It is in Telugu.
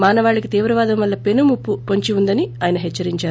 మానవాళికి తీవ్రవాదం వల్ల పెనుముప్పు వొంచి ఉందని ఆయన హెచ్సరించారు